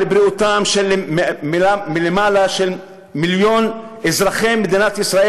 בריאותם של יותר ממיליון אזרחי מדינת ישראל,